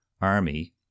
army